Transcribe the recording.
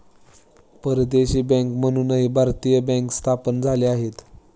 परदेशी बँका म्हणूनही भारतीय बँका स्थापन झाल्या आहेत